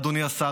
אדוני השר,